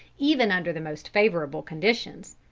even under the most favourable conditions.